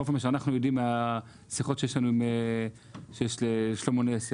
בכל אופן מה שאנחנו יודעים משיחות שיש לשלמה נס,